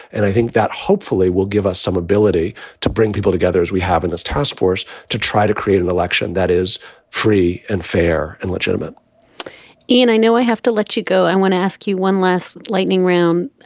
and i think that hopefully will give us some ability to bring people together, as we have in this task force, to try to create an election that is free and fair and legitimate and i know i have to let you go. i want to ask you one last lightning round.